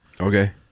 okay